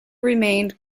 remained